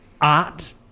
art